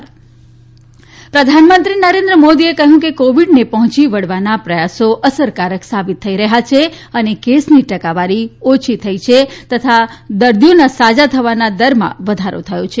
પ્રધાનમંત્રી કોરોના પ્રધાનમંત્રી નરેન્દ્ર મોદીએ કહ્યું છે કે કોવિડને પહોચી વળવાના પ્રયાસો અસરકારક સાબિત થઈ રહ્યા છે અને કેસની ટકાવારી ઓછી થઈ છે તથા દર્દીઓના સાજા થવાના દરમાં વધારો થયો છે